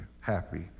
happy